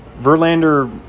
Verlander